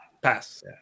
Pass